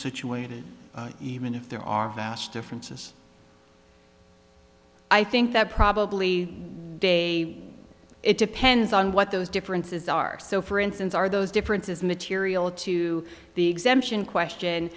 situated even if there are vast differences i think that probably day it depends on what those differences are so for instance are those differences immaterial to the exemption question